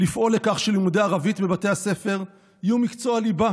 לפעול לכך שלימודי ערבית בבתי הספר יהיו מקצוע ליבה